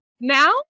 Now